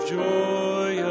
joy